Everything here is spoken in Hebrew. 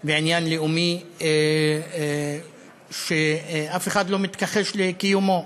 ועניין לאומי, שאף אחד לא מתכחש לקיומו.